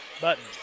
Button